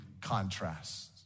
contrasts